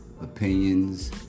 opinions